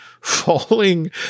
falling